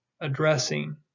addressing